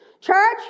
Church